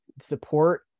support